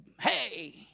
hey